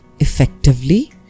effectively